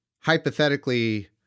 hypothetically